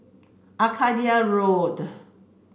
Arcadia Road